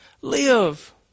Live